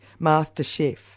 MasterChef